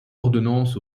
ordonnance